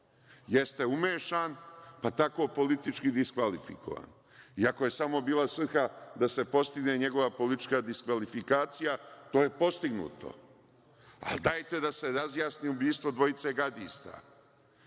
Jeste umešan, pa tako politički diskvalifikovan, i ako je samo bila svrha da se postigne njegova politička diskvalifikacija, to je postignuto, ali dajte da se razjasni ubistvo dvojice gardista. Da